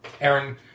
Aaron